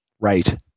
Right